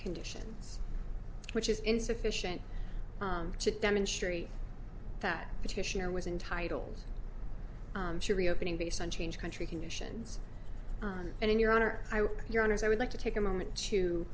conditions which is insufficient to demonstrate that petitioner was entitled to reopening based on change country conditions and in your honor your honors i would like to take a moment to